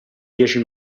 dieci